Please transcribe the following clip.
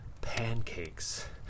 pancakes